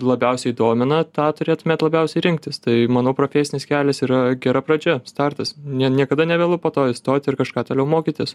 labiausiai domina tą turėtumėt labiausiai rinktis tai manau profesinis kelias yra gera pradžia startas nie niekada nevėlu po to įstoti ir kažką toliau mokytis